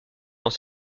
dans